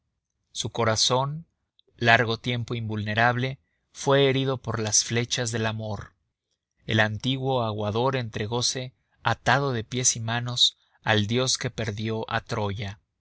su corazón largo tiempo invulnerable fue herido por las flechas del amor el antiguo aguador entregose atado de pies y manos al dios que perdió a troya